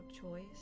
choice